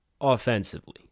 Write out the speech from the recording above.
Offensively